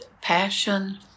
passion